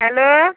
hello